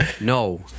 No